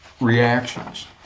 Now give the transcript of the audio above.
reactions